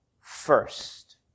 first